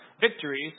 victories